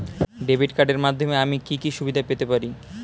Debit কার্ডের মাধ্যমে আমি কি কি সুবিধা পেতে পারি?